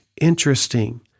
interesting